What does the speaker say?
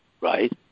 right